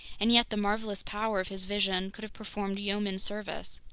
and yet the marvelous power of his vision could have performed yeoman service.